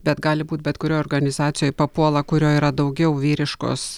bet gali būt bet kurioj organizacijoj papuola kurioj yra daugiau vyriškos